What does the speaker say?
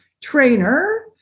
trainer